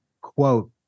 quote